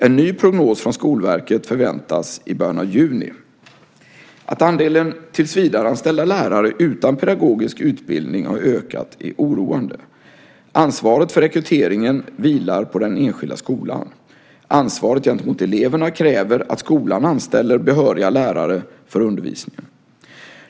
En ny prognos från Skolverket förväntas i början av juni. Att andelen tillsvidareanställda lärare utan pedagogisk utbildning har ökat är oroande. Ansvaret för rekryteringen vilar på den enskilda skolan. Ansvaret gentemot eleverna kräver att skolan anställer behöriga lärare för undervisningen.